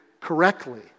correctly